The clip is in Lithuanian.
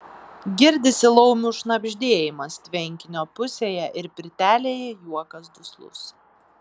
girdisi laumių šnabždėjimas tvenkinio pusėje ir pirtelėje juokas duslus